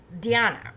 Diana